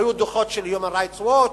היו דוחות של Human Rights Watch,